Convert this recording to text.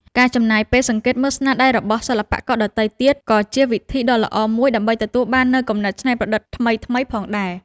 ការចំណាយពេលសង្កេតមើលស្នាដៃរបស់សិល្បករដទៃទៀតក៏ជាវិធីដ៏ល្អមួយដើម្បីទទួលបាននូវគំនិតច្នៃប្រឌិតថ្មីៗផងដែរ។